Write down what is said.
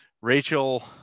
Rachel